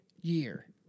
year